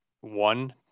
one